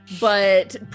but-